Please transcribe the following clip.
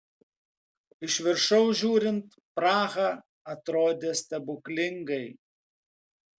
iš viršaus žiūrint praha atrodė stebuklingai